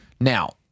Now